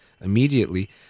immediately